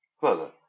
Further